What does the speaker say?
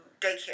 daycare